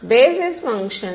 basis function